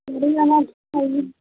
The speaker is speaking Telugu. స్టడీ అవర్స్ అవి